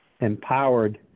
empowered